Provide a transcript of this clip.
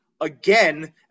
again